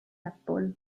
apple